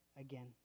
again